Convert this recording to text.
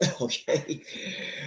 Okay